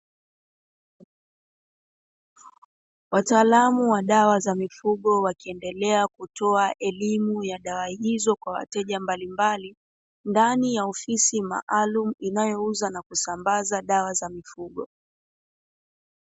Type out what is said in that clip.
Wataalamu wa dawa za mifugo wakiendelea kutoa elimu ya dawa hizo kwa wateja mbalimbali, ndani ya ofisi maalumu inayouza na kusambaza dawa za mifugo.